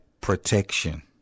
protection